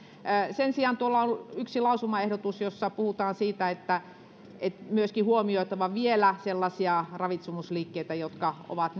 sen sijaan tuolla on yksi lausumaehdotus jossa puhutaan siitä että että on myöskin huomioitava vielä sellaisia ravitsemusliikkeitä jotka ovat